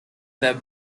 that